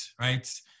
right